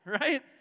right